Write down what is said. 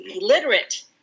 illiterate